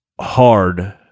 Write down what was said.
hard